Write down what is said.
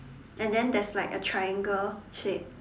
and then there's like a triangle shape